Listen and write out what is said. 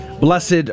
Blessed